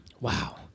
Wow